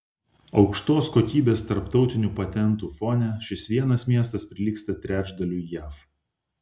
aukštos kokybės tarptautinių patentų fronte šis vienas miestas prilygsta trečdaliui jav